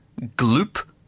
gloop